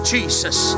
Jesus